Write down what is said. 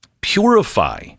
Purify